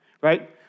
right